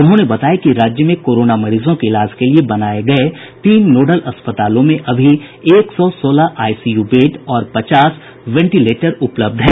उन्होंने बताया कि राज्य में कोरोना मरीजों के इलाज के लिए बनाये गये तीन नोडल अस्पतालों में अभी एक सौ सोलह आईसीयू बेड और पचास वेंटिलेटर उपलब्ध हैं